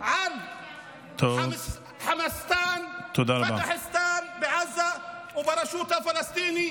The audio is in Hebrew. על חמאסטן, פתחסטן בעזה וברשות הפלסטינית,